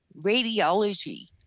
radiology